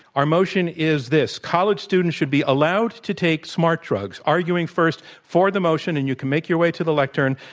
our motion is this, college students should be allowed to take smart drugs. arguing first for the motion, and you can make your way to the lectern,